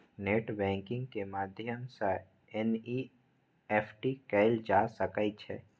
net banking के माध्यम सं एन.ई.एफ.टी कैल जा सकै छै